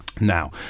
Now